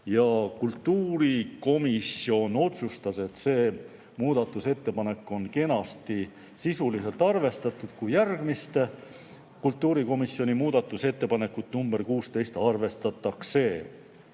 Kultuurikomisjon otsustas, et see muudatusettepanek on kenasti sisuliselt arvestatud, kui järgmist kultuurikomisjoni muudatusettepanekut, nr 16 arvestatakse. Ja